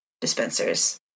dispensers